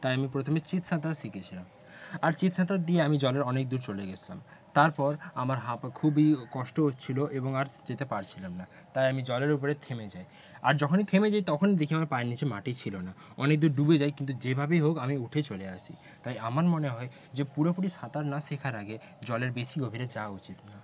তাই আমি প্রথমে চিতসাঁতার শিখেছিলাম আর চিতসাঁতার দিয়ে আমি জলের অনেক দূর চলে গিয়েছিলাম তারপর আমার হাঁফ খুবই কষ্ট হচ্ছিল এবং আর যেতে পারছিলাম না তাই আমি জলের ওপরে থেমে যাই আর যখনই থেমে যাই তখনই দেখি আমার পায়ের নিচে মাটি ছিল না অনেক দূর ডুবে যাই কিন্তু যেভাবেই হোক আমি উঠে চলে আসি তাই আমার মনে হয় যে পুরোপুরি সাঁতার না শেখার আগে জলের বেশি গভীরে যাওয়া উচিত না